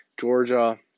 Georgia